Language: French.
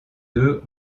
deux